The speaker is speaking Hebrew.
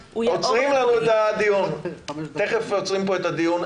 רונית, תיכף עוצרים פה את הדיון.